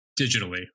digitally